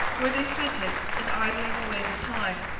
where they spent it in idling away the time,